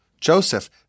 Joseph